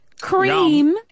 cream